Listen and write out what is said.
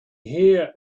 here